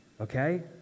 Okay